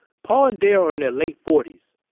paul and del are in their late forties.